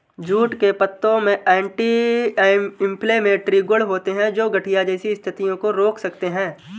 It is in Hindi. जूट के पत्तों में एंटी इंफ्लेमेटरी गुण होते हैं, जो गठिया जैसी स्थितियों को रोक सकते हैं